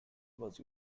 was